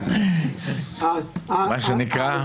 ראשית,